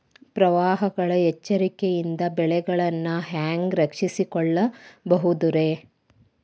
ಪ್ರವಾಹಗಳ ಎಚ್ಚರಿಕೆಯಿಂದ ಬೆಳೆಗಳನ್ನ ಹ್ಯಾಂಗ ರಕ್ಷಿಸಿಕೊಳ್ಳಬಹುದುರೇ?